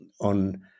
on